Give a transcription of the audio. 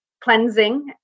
Cleansing